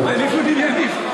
זה ניגוד עניינים.